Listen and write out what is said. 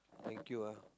thank you ah